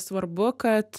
svarbu kad